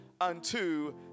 unto